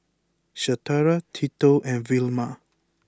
Shatara Tito and Vilma